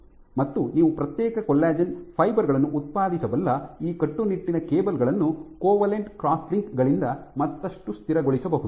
ಮತ್ತು ನೀವು ಪ್ರತ್ಯೇಕ ಕೊಲ್ಲಜೆನ್ ಫೈಬರ್ ಗಳನ್ನು ಉತ್ಪಾದಿಸಬಲ್ಲ ಈ ಕಟ್ಟುನಿಟ್ಟಿನ ಕೇಬಲ್ ಗಳನ್ನು ಕೋವೆಲೆಂಟ್ ಕ್ರಾಸ್ಲಿಂಕ್ ಗಳಿಂದ ಮತ್ತಷ್ಟು ಸ್ಥಿರಗೊಳಿಸಬಹುದು